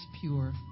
pure